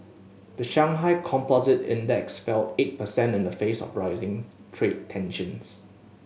the Shanghai Composite Index fell eight percent in the face of rising trade tensions